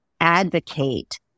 advocate